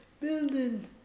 building